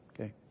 okay